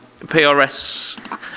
PRS